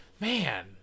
man